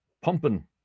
pumping